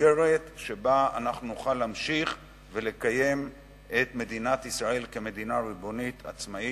שבה נוכל להמשיך לקיים את מדינת ישראל כמדינה ריבונית עצמאית,